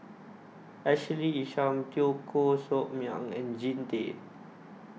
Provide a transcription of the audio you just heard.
Ashley Isham Teo Koh Sock Miang and Jean Tay